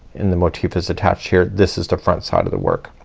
and the motif is attached here. this is the front side of the work.